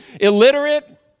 illiterate